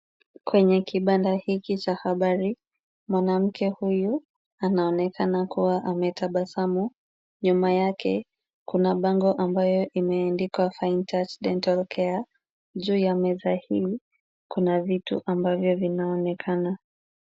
Kwenye kibanda hiki cha habari mwanamke huyu anaonekana kuwa ametabasamu, nyuma yake kuna bango ambayo imeandikwa Fine Touch Dental Care . Juu ya meza hii kuna vitu ambavyo vinaonekana.